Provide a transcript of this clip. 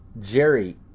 Jerry